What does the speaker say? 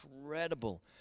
incredible